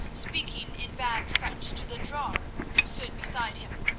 speaking in bad french, to the drawer who stood beside him.